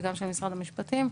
וגם של משרד המשפטים.